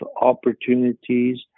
opportunities